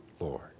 Lord